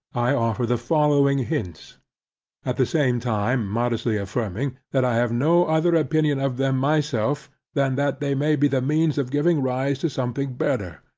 i offer the following hints at the same time modestly affirming, that i have no other opinion of them myself, than that they may be the means of giving rise to something better.